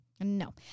No